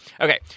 Okay